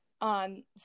on